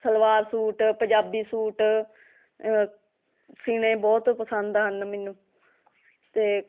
salwar suit Punjabi suit ਸਿਉਣੇ ਬਹੁਤ ਪਸੰਦ ਹਨ ਮੈਨੂੰ ਅਤੇ